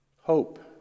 Hope